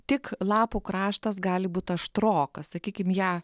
tik lapų kraštas gali būt aštrokas sakykim ją